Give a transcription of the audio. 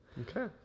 Okay